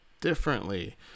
differently